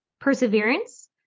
perseverance